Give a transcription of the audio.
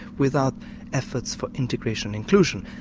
without efforts for integration inclusion.